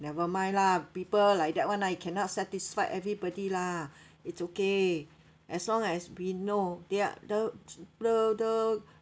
never mind lah people like that one lah you cannot satisfy everybody lah it's okay as long as we know they're the the the